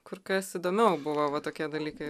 kur kas įdomiau buvo va tokie dalykai